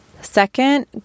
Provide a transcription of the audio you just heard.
Second